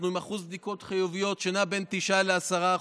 אנחנו עם אחוז בדיקות חיוביות שנע בין 9% ל-10%,